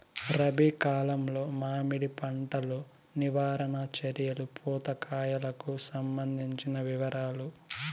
రబి కాలంలో మామిడి పంట లో నివారణ చర్యలు పూత కాయలకు సంబంధించిన వివరాలు?